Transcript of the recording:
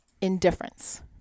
Indifference